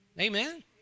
Amen